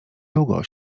długo